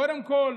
קודם כול